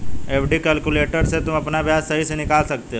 FD calculator से तुम अपना ब्याज सही से निकाल सकते हो